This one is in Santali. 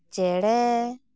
ᱪᱮᱬᱮ